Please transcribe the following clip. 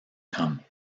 come